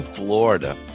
Florida